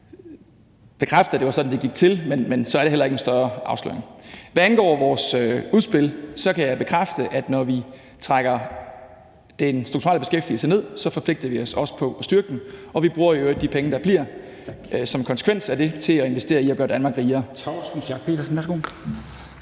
bekræfte, at det var sådan, det gik til, men så er det heller ikke en større afsløring. Hvad angår vores udspil, kan jeg bekræfte, at når vi trækker den strukturelle beskæftigelse ned, forpligter vi os også på at styrke den, og vi bruger i øvrigt de penge, der bliver som konsekvens af det, til at investere i at gøre Danmark rigere.